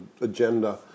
agenda